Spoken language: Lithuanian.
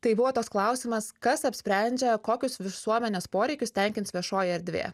tai buvo toks klausimas kas apsprendžia kokius visuomenės poreikius tenkins viešoji erdvė